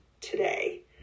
today